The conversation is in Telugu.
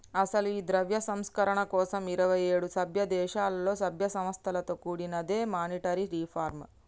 అసలు ఈ ద్రవ్య సంస్కరణల కోసం ఇరువైఏడు సభ్య దేశాలలో సభ్య సంస్థలతో కూడినదే మానిటరీ రిఫార్మ్